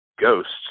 ghosts